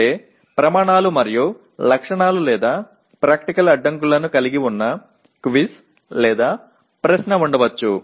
అంటే ప్రమాణాలు మరియు లక్షణాలు లేదా ప్రాక్టికల్ అడ్డంకులను కలిగి ఉన్న క్విజ్ లేదా ప్రశ్న ఉండవచ్చు